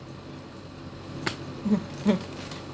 ya hmm